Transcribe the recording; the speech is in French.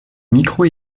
micro